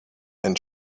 and